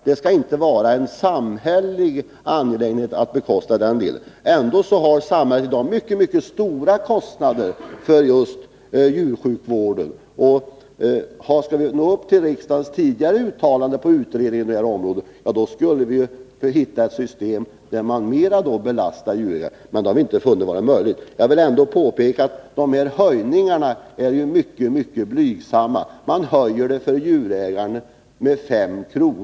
Det bör inte vara en samhällelig kostnad. Ändå har samhället i dag mycket stora kostnader för just djursjukvården. Skall vi nå upp till riksdagens tidigare uttalande på detta område skulle vi behöva hitta ett system där man mer belastar djurägarna, men det har inte varit möjligt. Jag vill påpeka att dessa höjningar är mycket, mycket blygsamma. Avgiften för djurägaren höjs med 5 kr.